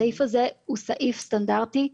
הסעיף הזה הוא סעיף סטנדרטי,